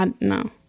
No